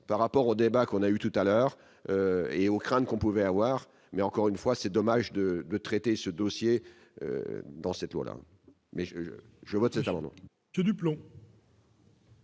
par rapport au débat qu'on a eu tout à l'heure et aux craintes qu'on pouvait avoir, mais encore une fois, c'est dommage de de traiter ce dossier dans ses toiles mais je je vote non.